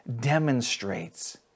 demonstrates